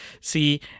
see